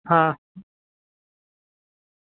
હા